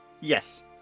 Yes